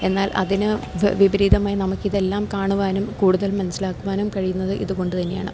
എന്നാൽ അതിന് വിപരീതമായി നമുക്കിതെല്ലാം കാണുവാനും കൂടുതൽ മനസ്സിലാക്കുവാനും കഴിയുന്നത് ഇതുകൊണ്ട് തന്നെയാണ്